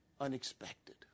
unexpected